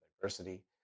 diversity